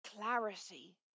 clarity